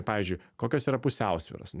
pavyzdžiui kokios yra pusiausvyros